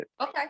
Okay